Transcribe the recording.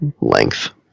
length